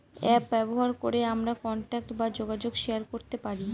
app ব্যবহার করে আমরা কন্টাক্ট বা যোগাযোগ শেয়ার করতে পারি